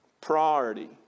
priority